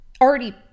already